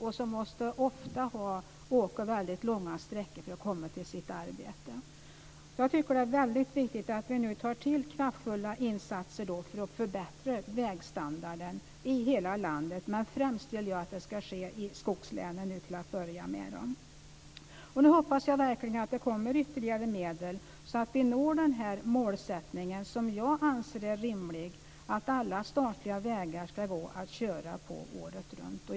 Ofta måste de köra väldigt långa sträckor för att komma till sitt arbete. Därför tycker jag att det är viktigt att vi nu tar till kraftfulla insatser för att förbättra vägstandarden i hela landet. Till att börja med vill jag att det främst ska ske i skogslänen. Jag hoppas nu att det verkligen kommer ytterligare medel, så att vi uppnår den målsättning som jag anser är rimlig, nämligen att alla statliga vägar ska gå att köra på året runt.